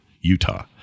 Utah